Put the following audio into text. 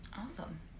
Awesome